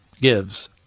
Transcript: gives